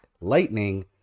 Lightning